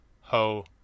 ho